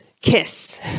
kiss